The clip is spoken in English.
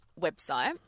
website